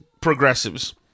progressives